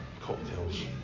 Cocktails